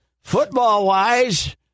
football-wise